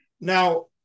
Now